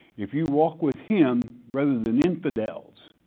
if you walk with him rather than infidels,